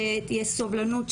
שתהיה סובלנות,